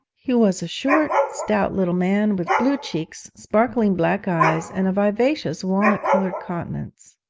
he was a short, stout little man, with blue cheeks, sparkling black eyes, and a vivacious walnut-coloured countenance